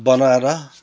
बनाएर